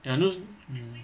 and are those mm